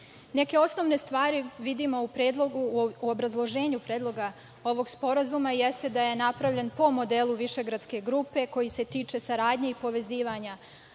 Neke osnovne stvari vidimo u predlogu, u obrazloženju predloga ovog sporazuma, jeste da je napravljen po modelu Višegradske grupe koji se tiče saradnje i povezivanja